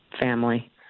family